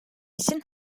için